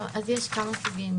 יש כמה סוגים.